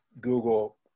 Google